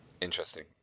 interesting